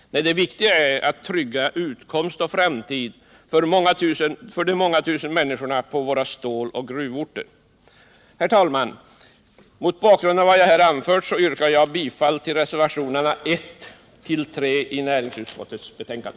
Nej, det viktiga är att trygga utkomst och framtid för de många tusen människorna på våra ståloch gruvorter. Herr talman! Mot bakgrund av vad jag här har anfört yrkar jag bifall till reservationerna 1-3 i näringsutskottets betänkande.